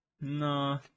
No